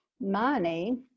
money